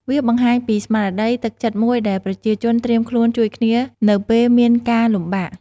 វាបង្ហាញពីស្មារតី ទឹកចិត្តមួយដែលប្រជាជនត្រៀមខ្លួនជួយគ្នានៅពេលមានការលំបាក។